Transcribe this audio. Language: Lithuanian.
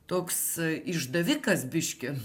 toks išdavikas biškį